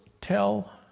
tell